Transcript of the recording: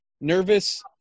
nervous